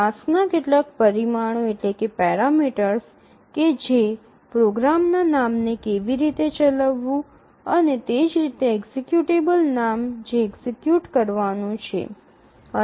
ટાસ્કના કેટલાક પરિમાણો કે જે પ્રોગ્રામના નામને કેવી રીતે ચલાવવું અને તે જ રીતે એક્ઝેક્યુટેબલ નામ જે એક્ઝેક્યુટ કરવાનું છે